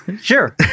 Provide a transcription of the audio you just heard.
Sure